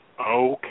Okay